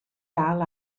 dal